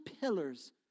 pillars